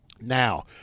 Now